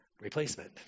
replacement